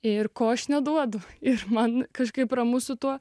ir ko aš neduodu ir man kažkaip ramu su tuo